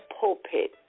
pulpit